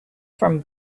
from